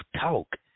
talk